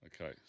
Okay